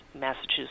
Massachusetts